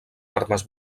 armes